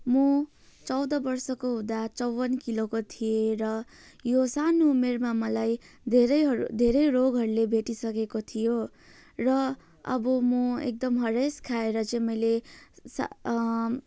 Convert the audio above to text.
म चौध वर्षको हुँदा चौवन किलोको थिएँ र यो सानो उमेरमा मलाई धेरैहरू धेरै रोगहरूले भेटिसकेको थियो र अब म एकदम हरेस खाएर चाहिँ मैले सा